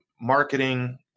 Marketing